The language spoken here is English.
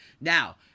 Now